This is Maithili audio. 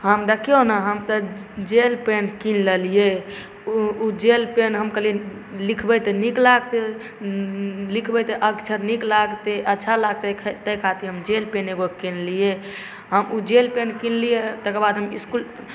हम देखिऔ ने हम तऽ जेल पेन कीनि लेलिए ओ जेल पेन हम कहलिए लिखबै तऽ नीक लागतै लिखबै तऽ अक्षर नीक लागतै अच्छा लागतै ताहि खातिर हम जेल पेन एगो किनलिए हम ओ जेल पेन किनलिए तकर बाद हम इसकुल